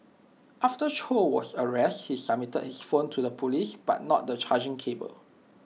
after chow was arrested he submitted his phone to the Police but not the charging cable